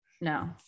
No